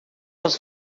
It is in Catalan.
els